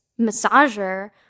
massager